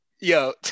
Yo